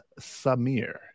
Samir